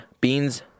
Beans